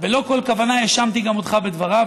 בלא כל כוונה האשמתי גם אותך בדבריו,